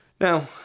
Now